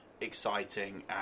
exciting